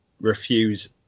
refuse